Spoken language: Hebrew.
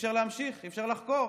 אי-אפשר להמשיך, אי-אפשר לחקור.